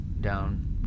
down